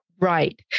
Right